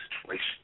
situation